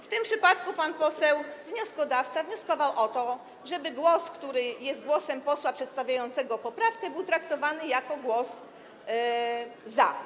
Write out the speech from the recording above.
W tym przypadku pan poseł wnioskodawca wnioskował o to, żeby głos, który jest głosem posła przedstawiającego poprawkę, był traktowany jako głos za.